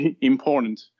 important